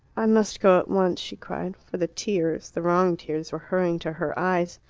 i must go at once, she cried for the tears the wrong tears were hurrying to her eyes.